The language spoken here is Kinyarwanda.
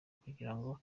kugirango